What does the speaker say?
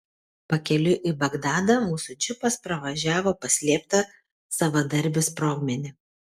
pakeliui į bagdadą mūsų džipas pervažiavo paslėptą savadarbį sprogmenį